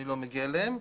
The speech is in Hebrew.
אני לא מגיע אליהם.